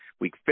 week